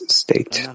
state